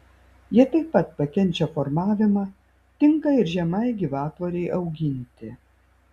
jie taip pat pakenčia formavimą tinka ir žemai gyvatvorei auginti